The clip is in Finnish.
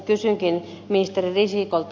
kysynkin ministeri risikolta